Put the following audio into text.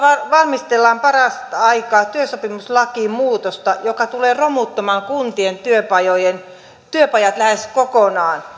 valmistellaan parasta aikaa työsopimuslakiin muutosta joka tulee romuttamaan kuntien työpajat lähes kokonaan